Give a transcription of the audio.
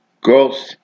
growth